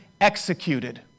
executed